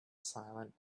silent